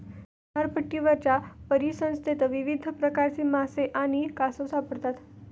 किनारपट्टीवरच्या परिसंस्थेत विविध प्रकारचे मासे आणि कासव सापडतात